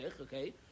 Okay